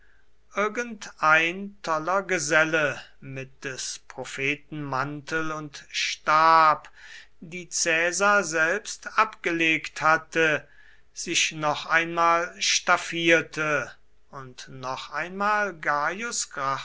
irgendein toller geselle mit des propheten mantel und stab die caesar selbst abgelegt hatte sich noch einmal staffierte und noch einmal